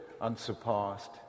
unsurpassed